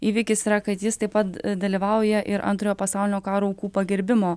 įvykis yra kad jis taip pat dalyvauja ir antrojo pasaulinio karo aukų pagerbimo